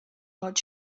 hot